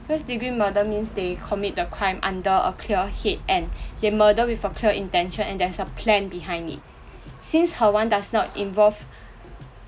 first-degree murder means they commit the crime under a clear head and the murder with a clear intention and there's a plan behind it since her one does not involve